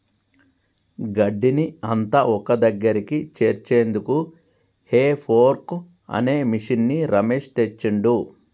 గడ్డిని అంత ఒక్కదగ్గరికి చేర్చేందుకు హే ఫోర్క్ అనే మిషిన్ని రమేష్ తెచ్చిండు